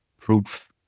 proof